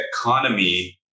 economy